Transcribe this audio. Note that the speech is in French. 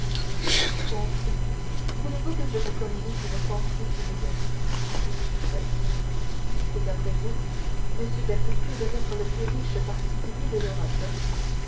voulez-vous que je vous communique une pensée qui m'est venue faites c'est qu'après vous m bertuccio doit être le plus riche particulier de l'europe